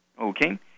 Okay